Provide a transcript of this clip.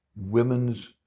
women's